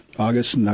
August